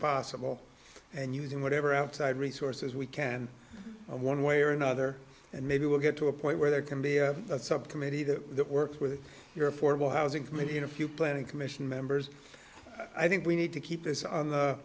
possible and using whatever outside resources we can and one way or another and maybe we'll get to a point where there can be a subcommittee that works with your affordable housing for me in a few planning commission members i think we need to keep this